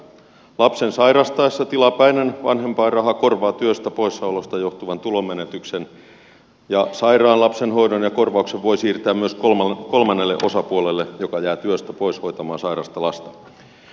lapsen sairastaessa tilapäinen vanhempainraha korvaa työstä poissaolosta johtuvan tulonmenetyksen ja sairaan lapsen hoidon ja korvauksen voi siirtää myös kolmannelle osapuolelle joka jää työstä pois hoitamaan sairasta lasta